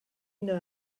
know